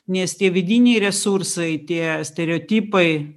nes tie vidiniai resursai tie stereotipai